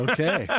Okay